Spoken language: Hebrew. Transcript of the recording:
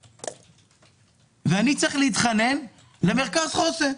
אני צריך להתחנן למרכז חוסן,